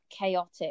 chaotic